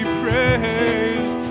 praised